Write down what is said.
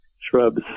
shrubs